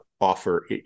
offer